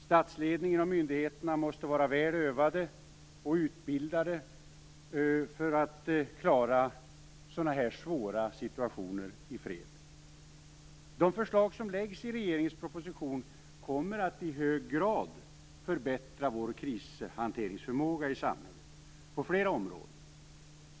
Statsledningen och myndigheterna måste var väl övade och utbildade för att klara sådana svåra situationer i fredstid. De förslag som läggs fram i regeringens proposition kommer att i hög grad att förbättra vår krishanteringsförmåga i samhället på flera områden.